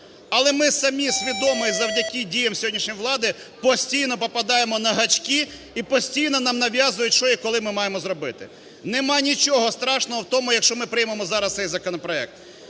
Але ми самі свідомо і завдяки діям сьогоднішньої влади постійно попадаємо на гачки, і постійно нам нав'язують, що і коли ми маємо зробити. Нема нічого страшного в тому, якщо ми приймемо зараз цей законопроект.